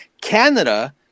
Canada